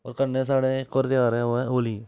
होर कन्नै साढ़ै इक होर ध्यार होर ऐ होली